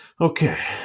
Okay